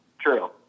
True